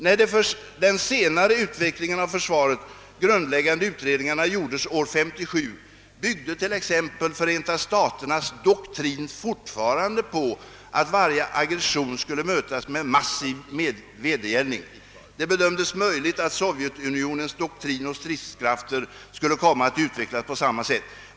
»När de för den senare utvecklingen av försvaret grundläggande utredningarna gjordes år 1957 byggde t.ex. Förenta staternas doktrin fortfarande på att varje aggression skulle mötas med massiv vedergällning. Det bedömdes möjligt att Sovjetunionens doktrin och stridskrafter skulle komma att utvecklas på samma sätt.